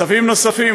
צווים נוספים,